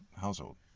household